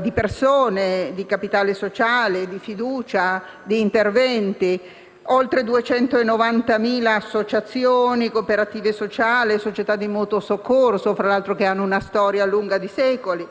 di persone, di capitale sociale, di fiducia, di interventi: oltre 290.000 associazioni, cooperative sociali, società di mutuo soccorso (che, tra l'altro, hanno una storia lunga secoli);